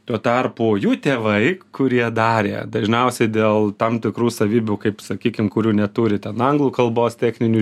tuo tarpu jų tėvai kurie darė dažniausiai dėl tam tikrų savybių kaip sakykim kurių neturi ten anglų kalbos techninių